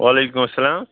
وعلیکُم السلام